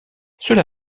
cela